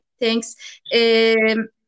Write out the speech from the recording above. thanks